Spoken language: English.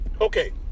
Okay